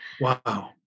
Wow